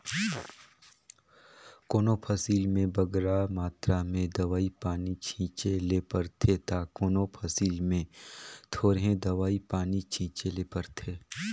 कोनो फसिल में बगरा मातरा में दवई पानी छींचे ले परथे ता कोनो फसिल में थोरहें दवई पानी छींचे ले परथे